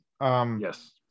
Yes